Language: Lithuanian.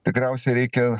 tikriausiai reikia